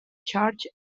charged